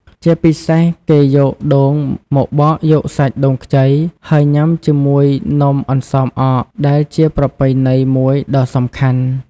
ជាពិសេស គេយកដូងមកបកយកសាច់ដូងខ្ចី ហើយញ៉ាំជាមួយនំអន្សមអក ដែលជាប្រពៃណីមួយដ៏សំខាន់។